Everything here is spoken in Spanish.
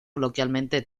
coloquialmente